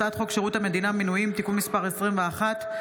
הצעת חוק שירות המדינה (מינויים) (תיקון מס' 21)